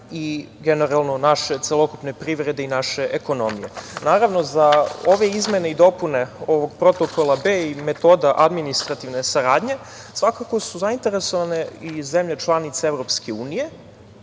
i generalno naše celokupne privrede i naše ekonomije. Naravno, za ove izmene i dopune ovog Protokola B i metoda administrativne saradnje svakako su zainteresovane i zemlje članice EU, ali